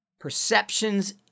Perceptions